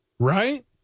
Right